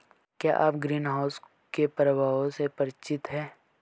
क्या आप ग्रीनहाउस के प्रभावों से परिचित हैं?